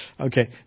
okay